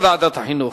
מסכים לוועדת החינוך.